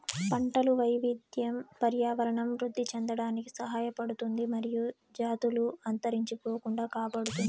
పంటల వైవిధ్యం పర్యావరణం వృద్ధి చెందడానికి సహాయపడుతుంది మరియు జాతులు అంతరించిపోకుండా కాపాడుతుంది